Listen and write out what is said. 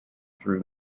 through